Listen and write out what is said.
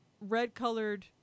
red-colored